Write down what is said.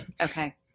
Okay